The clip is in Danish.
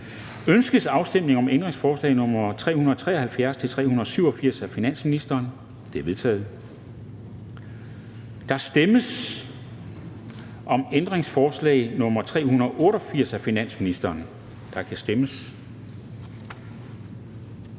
Ønskes afstemning om ændringsforslag nr. 373-387 af finansministeren? De er vedtaget. Der stemmes om ændringsforslag nr. 388 af finansministeren, og der kan stemmes.